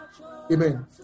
Amen